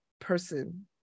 person